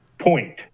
Point